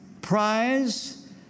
prize